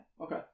okay